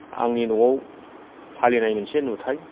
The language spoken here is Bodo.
आंनि न'आव फालिनाय मोनसे नुथाइ